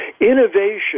innovation